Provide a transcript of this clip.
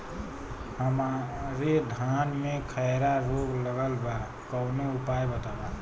हमरे धान में खैरा रोग लगल बा कवनो उपाय बतावा?